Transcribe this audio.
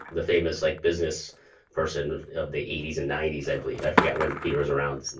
the famous like business person of the eighty s and ninety s, i believe, i forgot when peter was around, and